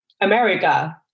America